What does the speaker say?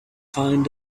fine